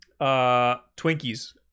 Twinkies